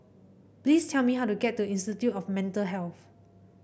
please tell me how to get to Institute of Mental Health